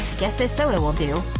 guess this soda will do.